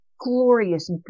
glorious